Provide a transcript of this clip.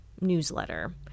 newsletter